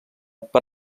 per